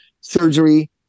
surgery